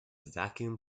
vacuum